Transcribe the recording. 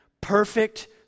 perfect